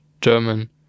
German